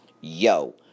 Yo